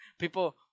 People